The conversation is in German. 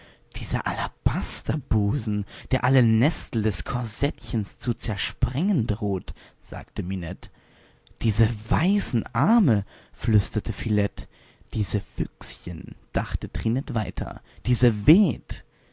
dieser alabasterbusen der alle nestel des korsettchens zu zersprengen droht sagte minette diese weißen arme flüsterte philette diese füßchen dachte trinette weiter diese